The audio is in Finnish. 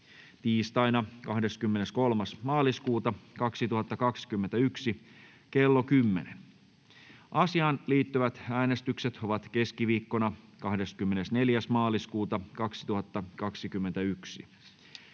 tiistaina 23.3.2021 kello 10.00. Asiaan liittyvät äänestykset ovat keskiviikkona 24.3.2021.